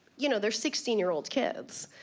you know, they're sixteen year old kids.